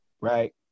right